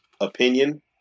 opinion